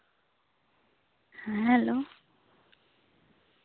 hello